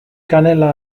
kanela